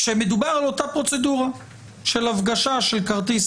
כשמדובר על אותה פרוצדורה של הפגשה של כרטיס